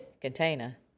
container